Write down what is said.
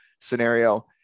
scenario